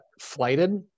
flighted